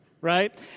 right